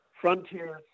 Frontiers